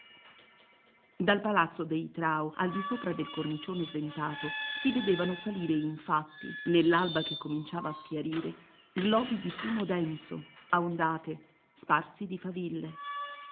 dal palazzo dei trao al di sopra del cornicione sdentato si vedevano salire infatti nell'alba che cominciava a schiarire globi di fumo denso a ondate sparsi di faville